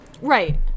Right